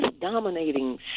dominating